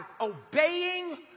obeying